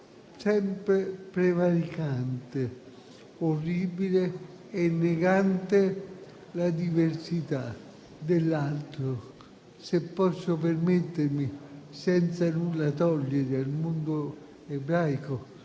sempre prevaricante, orribile e negante la diversità dell'altro. Se posso permettermi, senza nulla togliere al mondo ebraico,